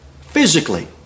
physically